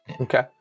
Okay